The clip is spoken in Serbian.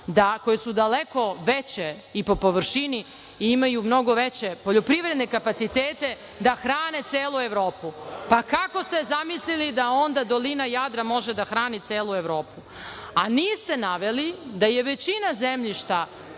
koje su daleko veće i po površini i imaju mnogo veće poljoprivredne kapacitete da hrane celu Evropu. Kako ste zamislili da onda dolina Jadra može da hrani celu Evropu? Niste naveli da je većina zemljišta